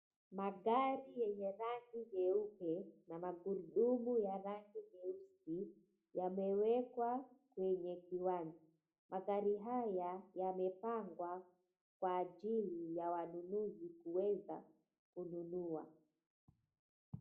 Magari yenye rangi nyeupe na magurudumu ya rangi nyeusi yamewekwa kwenye kiwanja. Magari haya yamepangwa kwa ajili ya wanunuzi kuweza kununua.